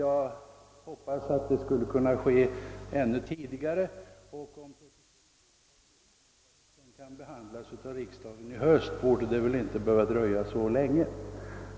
Jag hoppas på ett ännu tidigare datum, och om proposition om denna fråga framläggs så att den kan behandlas av höstriksdagen borde det inte behöva dröja så länge.